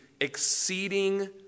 exceeding